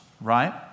right